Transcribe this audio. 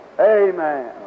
Amen